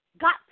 got